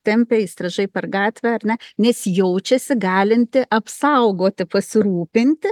tempia įstrižai per gatvę ar ne nes jaučiasi galinti apsaugoti pasirūpinti